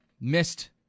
missed –